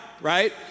right